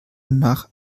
nach